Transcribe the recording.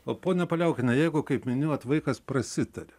o ponia paliaukiene jeigu kaip minėjot vaikas prasitaria